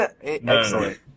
Excellent